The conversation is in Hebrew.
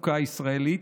לחוקה הישראלית.